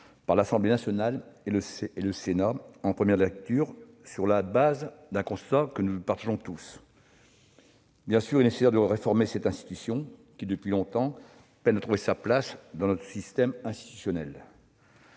par l'Assemblée nationale et le Sénat en première lecture sur la base d'un constat que nous partageons tous : il est nécessaire de réformer cette institution, qui, depuis longtemps, peine à trouver sa place dans notre système institutionnel.